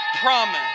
promise